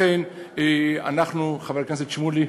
לכן אנחנו, חבר הכנסת שמולי,